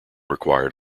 required